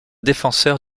défenseur